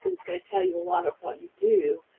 it's going to tell you a lot of what you do.